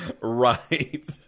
Right